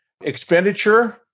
expenditure